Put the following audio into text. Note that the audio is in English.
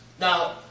Now